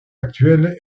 actuelle